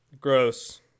Gross